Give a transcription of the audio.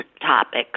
topics